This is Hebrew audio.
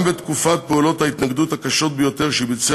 גם בתקופת פעולות ההתנגדות הקשות ביותר שביצע